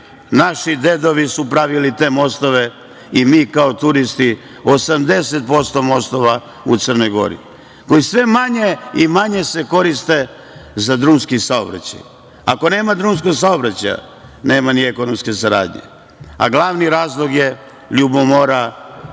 naši dedovi su pravili te mostove i mi kao turisti, 80% mostova u Crnoj Gori koji se sve manje i manje koriste za drumski saobraćaj. Ako nema drumskog saobraćaja, nema ni ekonomske saradnje. A glavni razlog je ljubomora zato